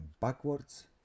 backwards